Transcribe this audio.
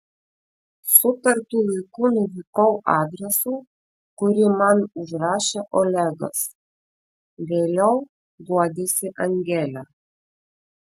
sutartu laiku nuvykau adresu kurį man užrašė olegas vėliau guodėsi angelė